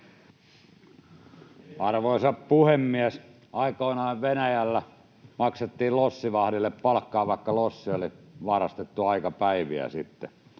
Arvoisa puhemies! Aikoinaanhan Venäjällä maksettiin lossivahdille palkkaa, vaikka lossi oli varastettu aikapäiviä sitten.